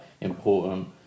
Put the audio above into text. important